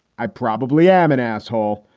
i probably am an asshole.